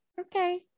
Okay